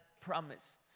promise